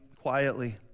quietly